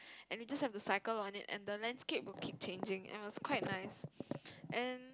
and we just have to cycle on it and the landscape will keep changing and it was quite nice and